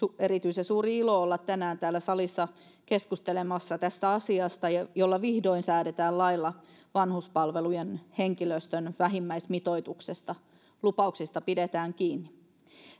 erityisen suuri ilo olla tänään täällä salissa keskustelemassa tästä asiasta kun vihdoin säädetään lailla vanhuspalvelujen henkilöstön vähimmäismitoituksesta lupauksista pidetään kiinni